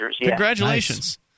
Congratulations